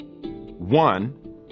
one